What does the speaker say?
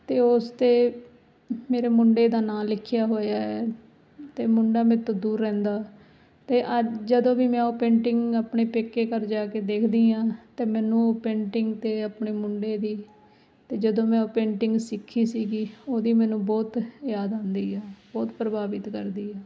ਅਤੇ ਉਸ 'ਤੇ ਮੇਰੇ ਮੁੰਡੇ ਦਾ ਨਾਂ ਲਿਖਿਆ ਹੋਇਆ ਅਤੇ ਮੁੰਡਾ ਮੇਰੇ ਤੋਂ ਦੂਰ ਰਹਿੰਦਾ ਅਤੇ ਜਦੋਂ ਵੀ ਮੈਂ ਉਹ ਪੇਂਟਿੰਗ ਆਪਣੇ ਪੇਕੇ ਘਰ ਜਾ ਕੇ ਦੇਖਦੀ ਹਾਂ ਤਾਂ ਮੈਨੂੰ ਪੇਂਟਿੰਗ 'ਤੇ ਆਪਣੇ ਮੁੰਡੇ ਦੀ ਅਤੇ ਜਦੋਂ ਮੈਂ ਉਹ ਪੇਂਟਿੰਗ ਸਿੱਖੀ ਸੀਗੀ ਉਹਦੀ ਮੈਨੂੰ ਬਹੁਤ ਯਾਦ ਆਉਂਦੀ ਹੈ ਬਹੁਤ ਪ੍ਰਭਾਵਿਤ ਕਰਦੀ ਆ